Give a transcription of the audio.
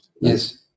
Yes